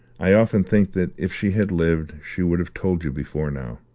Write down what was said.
i often think that if she had lived she would have told you before now.